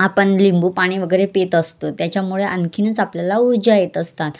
आपण लिंबू पाणी वगैरे पित असतो त्याच्यामुळे आणखीनच आपल्याला ऊर्जा येत असतात